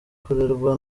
kurerwa